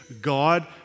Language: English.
God